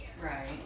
right